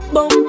Boom